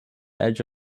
edge